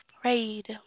prayed